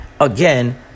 again